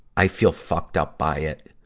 i feel fucked up by it.